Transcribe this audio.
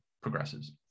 progresses